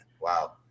Wow